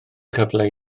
cyfle